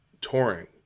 touring